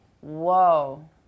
Whoa